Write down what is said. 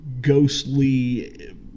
ghostly